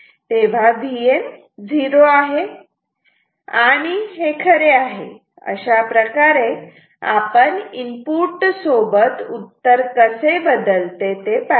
तेव्हा Vn 0 आहे आणि हे खरे आहे अशाप्रकारे आपण इनपुट सोबत उत्तर कसे बदलते ते पाहिले